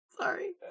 Sorry